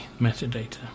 metadata